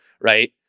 right